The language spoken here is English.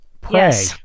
Pray